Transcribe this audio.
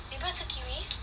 你不要吃 kiwi